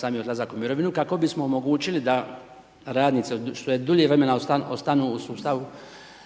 sami odlazak u mirovinu, kako bismo omogućili da radnici što dulje vremena ostaju u sustavu